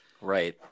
right